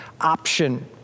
option